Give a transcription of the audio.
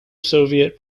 soviet